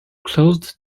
close